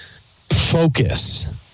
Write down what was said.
focus